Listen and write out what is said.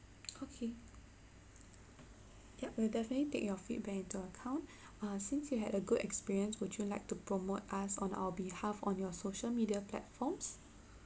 okay yup we'll definitely take your feedback into account uh since you had a good experience would you like to promote us on our behalf on your social media platforms